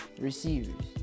Receivers